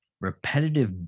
Repetitive